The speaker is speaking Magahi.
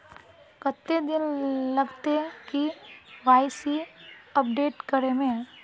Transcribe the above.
कते दिन लगते के.वाई.सी अपडेट करे में?